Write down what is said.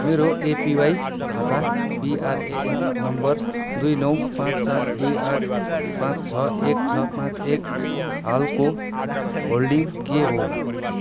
मेरो एपिवाई खाता PRAN number दुई नौ पाँच सात दुई आठ पाँच छ एक छ पाँच एक हालको होल्डिङ के हो